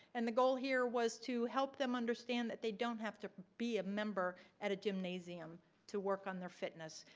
and the goal here was to help them understand that they don't have to be a member at a gymnasium to work on their fitness,